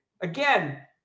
Again